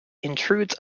intrudes